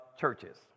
churches